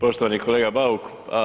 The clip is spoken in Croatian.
Poštovani kolega Bauk.